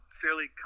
fairly